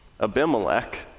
Abimelech